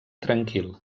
tranquil